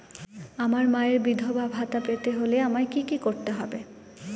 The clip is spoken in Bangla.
আমার মায়ের বিধবা ভাতা পেতে হলে আমায় কি কি করতে হবে?